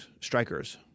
strikers